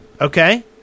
Okay